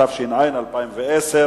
התש"ע 2010,